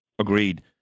Agreed